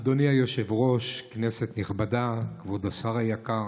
אדוני היושב-ראש, כנסת נכבדה, כבוד השר היקר,